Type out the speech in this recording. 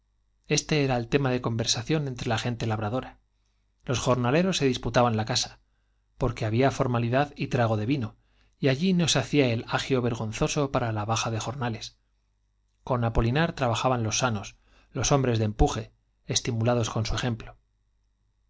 este era i qué suerte tema de conversación entre la gente labradora los el jornaleros se disputaban la casa porqué había forma el agio ver lidad y trago d e vino y allí no se hacía con apolinar tra gonzoso para la baja de jornales bajaban los sanos los hombres de empuje estimulados con su ejemplo